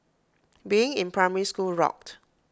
being in primary school rocked